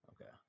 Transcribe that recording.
Okay